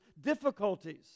difficulties